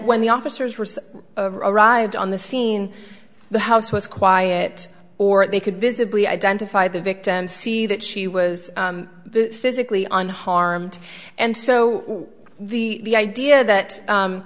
when the officers were arrived on the scene the house was quiet or they could visibly identify the victim see that she was physically unharmed and so the idea that